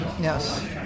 Yes